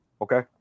okay